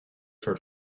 for